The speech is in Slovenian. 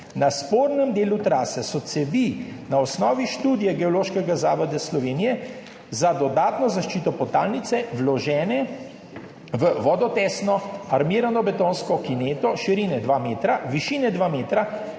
Na spornem delu trase so cevi na osnovi študije Geološkega zavoda Slovenije za dodatno zaščito podtalnice vložene v vodotesno armirano betonsko kineto širine 2 metra, višine 2 metra,